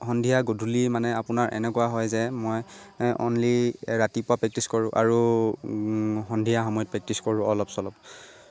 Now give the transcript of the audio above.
সন্ধিয়া গধূলি মানে আপোনাৰ এনেকুৱা হয় যে মই অনলি ৰাতিপুৱা প্ৰেক্টিছ কৰোঁ আৰু সন্ধিয়া সময়ত প্ৰেক্টিছ কৰোঁ অলপ চলপ